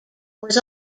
was